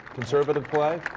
conservative play.